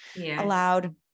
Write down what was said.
allowed